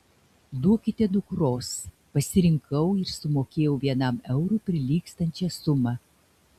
duokite dukros pasirinkau ir sumokėjau vienam eurui prilygstančią sumą